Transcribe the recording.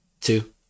two